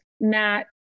Matt